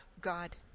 God